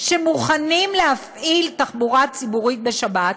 שמוכנים להפעיל תחבורה ציבורית בשבת,